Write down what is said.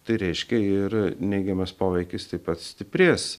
tai reiškia ir neigiamas poveikis taip pat stiprės